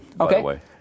Okay